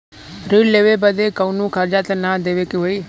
ऋण लेवे बदे कउनो खर्चा ना न देवे के होई?